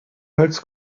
hals